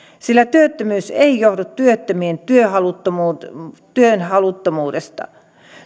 sillä työttömyys ei johdu työttömien työhaluttomuudesta työhaluttomuudesta